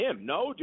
No